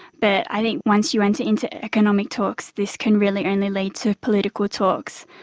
but i think once you enter into economic talks this can really only lead to political talks.